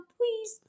please